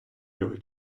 його